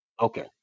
Okay